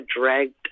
dragged